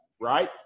right